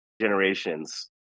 generations